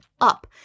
up